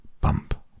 bump